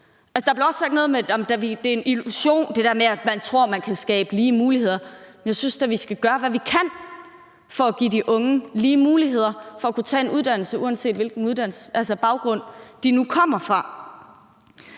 Der blev også sagt noget med, at det der med, at man tror, man kan skabe lige muligheder, er en illusion, men jeg synes da, vi skal gøre, hvad vi kan, for at give de unge lige muligheder for at kunne tage en uddannelse, uanset hvilken baggrund de nu kommer fra.